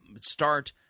start